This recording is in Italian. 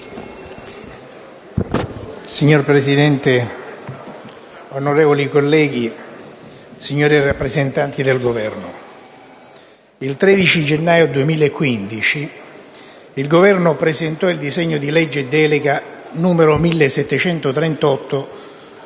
Signor Presidente, onorevoli colleghi, signori rappresentanti del Governo, il 13 gennaio 2015 il Governo presentò il disegno di legge delega n. 1738,